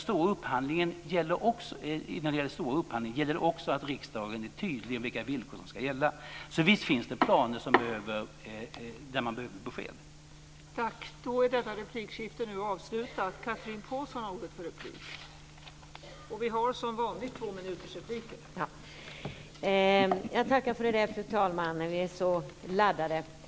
När det gäller den stora upphandlingen måste riksdagen vara tydlig om vilka villkor som ska gälla. Så visst finns det planer som man behöver besked om.